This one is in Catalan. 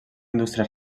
indústria